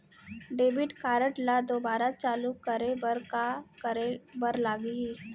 Debit card ला दोबारा चालू करे बर का करे बर लागही?